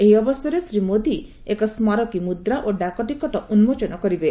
ଏହି ଅବସରରେ ଶ୍ରୀ ମୋଦୀ ଏକ ସ୍କାରକୀ ମୁଦ୍ରା ଓ ଡାକ ଟିକଟ ଉନ୍କୋଚନ କରିବେ